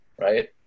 right